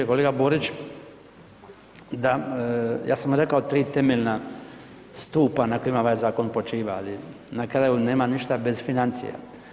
Kolega Borić, da ja sam rekao 3 temeljna stupa na kojima ovaj zakon počiva, ali na kraju nema ništa bez financija.